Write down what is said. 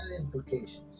implications